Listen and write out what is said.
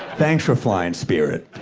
thanks for flying spirit.